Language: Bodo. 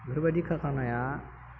बेफोरबायदि कारखानाया